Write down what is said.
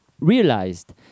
realized